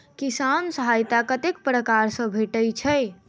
किसान सहायता कतेक पारकर सऽ भेटय छै?